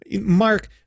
Mark